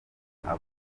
avuga